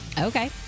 Okay